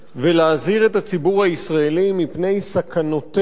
ולהזהיר את הציבור הישראלי מפני סכנותיה